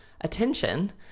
attention